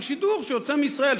של שידור שיוצא מישראל,